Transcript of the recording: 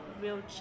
real